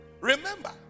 remember